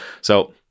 so-